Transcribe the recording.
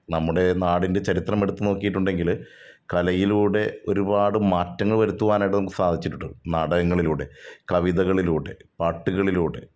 നമ്മുടെ നാടിൻ്റെ ചരിത്രം എടുത്ത് നോക്കിയിട്ടുണ്ടെങ്കിൽ കലയിലൂടെ ഒരുപാട് മാറ്റങ്ങൾ വരുത്തുവാനായിട്ട് നമുക്ക് സാധിച്ചിട്ടുണ്ട് നാടകങ്ങളിലൂടെ കവിതകളിലൂടെ പാട്ടുകളിലൂടെ